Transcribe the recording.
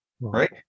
right